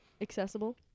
Accessible